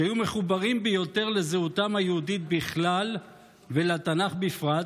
שהיו מחוברים ביותר לזהותם היהודית בכלל ולתנ"ך בפרט,